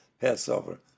Passover